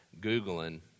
Googling